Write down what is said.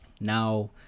Now